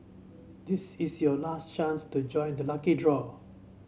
this is your last chance to join the lucky draw